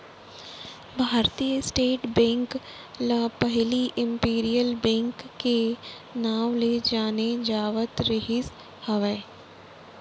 भारतीय state bank ल पहिली इम्पीरियल बेंक के नांव ले जाने जावत रिहिस हवय